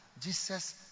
Jesus